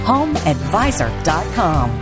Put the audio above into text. HomeAdvisor.com